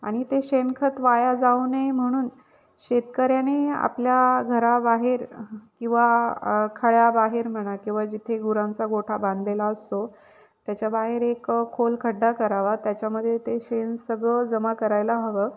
आणि ते शेणखत वाया जाऊ नये म्हणून शेतकऱ्याने आपल्या घराबाहेर किंवा खळ्याबाहेर म्हणा किंवा जिथे घुरांचा गोठा बांधलेला असतो त्याच्याबाहेर एक खोल खड्डा करावा त्याच्यामध्ये ते शेण सगळं जमा करायला हवं